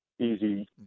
easy